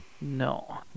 No